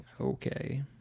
Okay